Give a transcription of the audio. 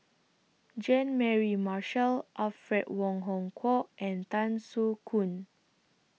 Jean Mary Marshall Alfred Wong Hong Kwok and Tan Soo Khoon